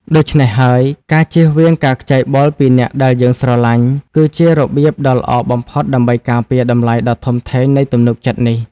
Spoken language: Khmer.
ដូច្នេះហើយ ការជៀសវាងការខ្ចីបុលពីអ្នកដែលយើងស្រឡាញ់ គឺជារបៀបដ៏ល្អបំផុតដើម្បីការពារតម្លៃដ៏ធំធេងនៃទំនុកចិត្តនេះ។